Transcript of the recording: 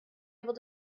able